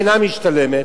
לא משתלם.